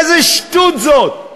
איזה שטות זאת,